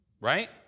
right